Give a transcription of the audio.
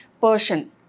Persian